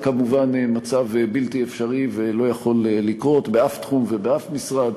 היא מצב בלתי אפשרי שלא יכול לקרות באף תחום ובאף משרד.